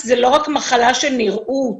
לכן אני אומרת שאם לא נתחיל להיות ברורים